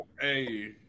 Hey